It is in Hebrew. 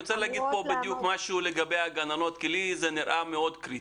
אני רוצה להגיד פה משהו לגבי הגננות כי לי זה נראה מאוד קריטי.